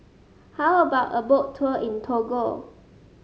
how about a Boat Tour in Togo